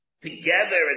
together